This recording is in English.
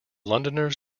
londoners